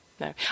no